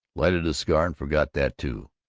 lighted a cigar and forgot that too,